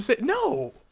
No